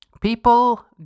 people